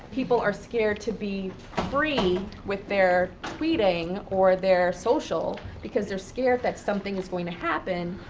people are scared to be free with their tweeting or their social because they're scared that something's going to happen.